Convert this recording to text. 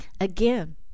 Again